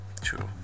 True